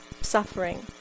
suffering